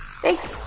Thanks